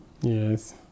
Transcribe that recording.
Yes